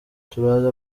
turaza